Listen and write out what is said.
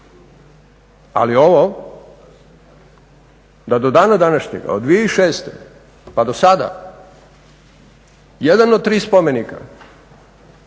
Ali ovo da do dana današnjega od 2006. pa do sada jedan od tri spomenika